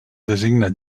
designa